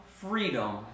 freedom